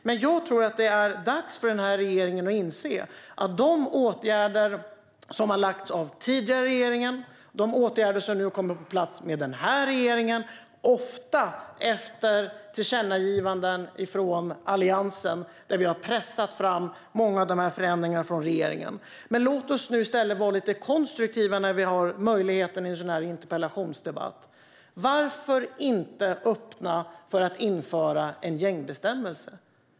Jag tror dock att det är dags att inse att de åtgärder som nu kommer på plats under den nuvarande regeringen ofta kommer efter tillkännagivanden från Alliansen - vi har pressat fram många av de här förändringarna. Men låt oss ändå vara lite konstruktiva när vi har möjlighet i en sådan här interpellationsdebatt! Varför inte öppna för att införa en gängbestämmelse?